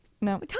No